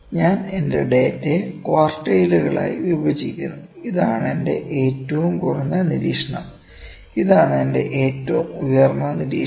ഞാൻ എന്റെ ഡാറ്റയെ ക്വാർട്ടൈലുകളായി വിഭജിക്കുന്നു ഇതാണ് എന്റെ ഏറ്റവും കുറഞ്ഞ നിരീക്ഷണം ഇതാണ് എന്റെ ഏറ്റവും ഉയർന്ന നിരീക്ഷണം